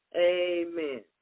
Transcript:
Amen